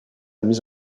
mise